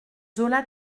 zola